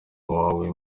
wawe